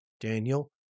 Daniel